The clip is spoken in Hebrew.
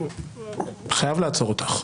אני חייב לעצור אותך,